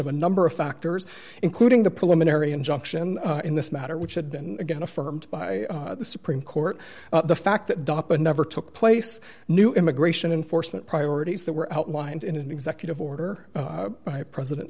of a number of factors including the preliminary injunction in this matter which had been again affirmed by the supreme court the fact that dot but never took place new immigration enforcement priorities that were outlined in an executive order president